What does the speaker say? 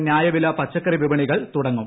ന്യായവില പച്ചക്കറി വിപണികൾ തുടങ്ങും